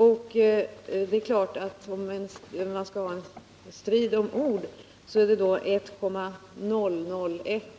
Om vi skall ha en strid om ord, så vill jag säga att